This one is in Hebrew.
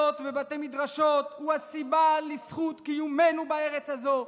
ובבתי מדרשות הוא הסיבה לזכות קיומנו בארץ הזו,